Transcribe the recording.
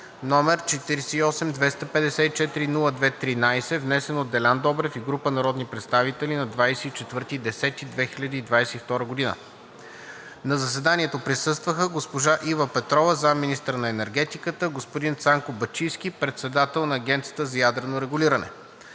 № 48-254-02-13, внесен от Делян Добрев и група народни представители на 24 октомври 2022 г. На заседанието присъстваха: госпожа Ива Петрова – заместник-министър на енергетиката, господин Цанко Бачийски – председател на Агенцията за ядрено регулиране.